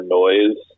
noise